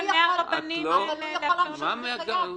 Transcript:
הוא יכול להמשיך בחייו,